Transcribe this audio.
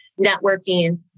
Networking